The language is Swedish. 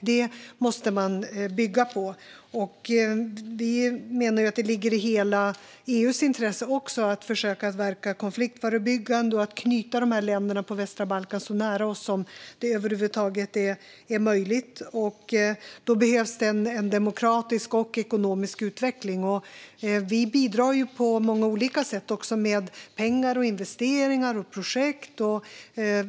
Detta måste vi bygga på, och vi menar att det även ligger i hela EU:s intresse att försöka verka konfliktförebyggande och knyta länderna på västra Balkan så nära oss som det över huvud taget är möjligt. Då behövs det en demokratisk och ekonomisk utveckling, och vi bidrar på många olika sätt också med pengar, investeringar och projekt.